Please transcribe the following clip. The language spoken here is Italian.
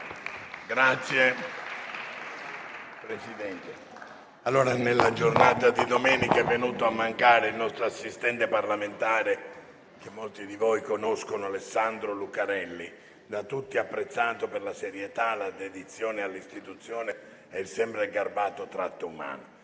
in piedi).* Nella giornata di domenica è venuto a mancare il nostro assistente parlamentare, che molti di voi conoscevano, Alessandro Lucarelli, da tutti apprezzato per la serietà e la dedizione all'istituzione, nonché il sempre garbato tratto umano.